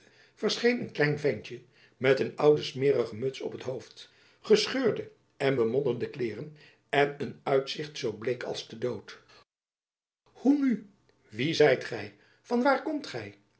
verscheen een klein ventjen met een oude smeerige muts op het hoofd gescheurde en bemodderde kleeren en een uitzicht zoo bleek als de dood hoe nu wie zijt gy van waar komt gy